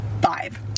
five